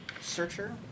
searcher